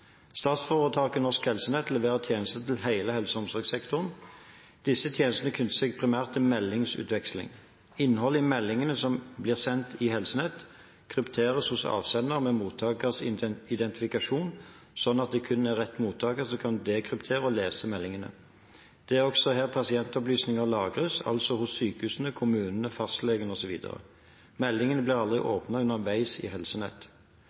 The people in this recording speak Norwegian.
Statsforetaket Norsk Helsenett leverer tjenester til hele helse- og omsorgssektoren. Disse tjenestene knytter seg primært til meldingsutveksling. Innholdet i meldingene som blir sendt i helsenettet, krypteres hos avsender med mottakers identifikasjon, slik at det kun er rett mottaker som kan dekryptere og lese meldingene. Det er også her pasientopplysninger lagres, altså hos sykehusene, kommunene, fastlegene osv. Meldingene blir aldri åpnet underveis i helsenettet. Norsk Helsenett